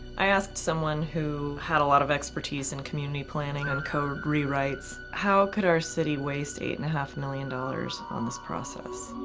i asked someone who had a lot of expertise in community planning and code rewrites how could our city waste eight and a half million dollars on this process.